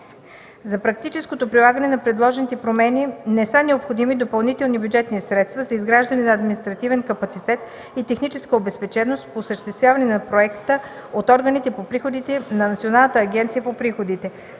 За практическото прилагане на предложените промени не са необходими допълнителни бюджетни средства за изграждане на административен капацитет и техническа обезпеченост по осъществяване на проекта от органите по приходите на Националната агенция по приходите.